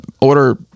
order